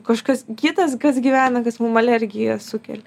kažkas kitas kas gyvena kas mum alergiją sukelia